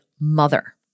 mother